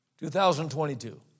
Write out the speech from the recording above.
2022